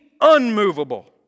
unmovable